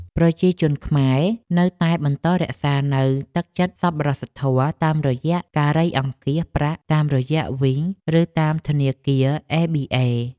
ប្រជាជនខ្មែរនៅតែបន្តរក្សានូវទឹកចិត្តសប្បុរសធម៌តាមរយៈការរៃអង្គាសប្រាក់ជួយគ្នាតាមរយៈវីង ឬតាមធនាគារអេប៊ីអេ។